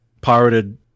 pirated